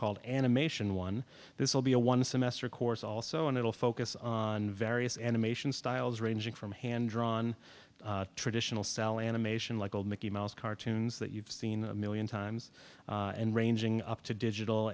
called animation one this will be a one semester course also and it'll focus on various animation styles ranging from hand drawn traditional cell animation like old mickey mouse cartoons that you've seen a million times and ranging up to digital